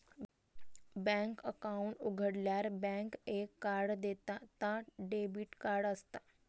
bank account उघाडल्यार bank एक card देता ता डेबिट कार्ड असता